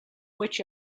which